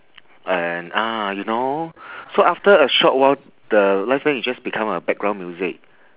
and ah you know so after a short while the live band is just become a background music